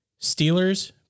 Steelers